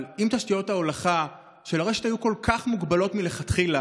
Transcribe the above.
אבל אם תשתיות ההולכה של הרשת היו כל כך מוגבלות מלכתחילה,